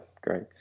great